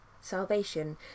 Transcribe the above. salvation